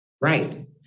Right